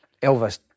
Elvis